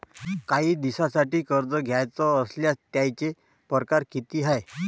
कायी दिसांसाठी कर्ज घ्याचं असल्यास त्यायचे परकार किती हाय?